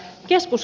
joskus